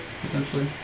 potentially